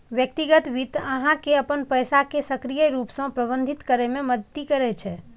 व्यक्तिगत वित्त अहां के अपन पैसा कें सक्रिय रूप सं प्रबंधित करै मे मदति करै छै